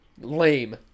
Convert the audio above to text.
lame